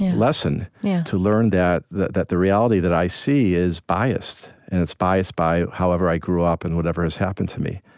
yeah lesson to learn that that the reality that i see is biased, and it's biased by however i grew up and whatever has happened to me